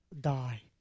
die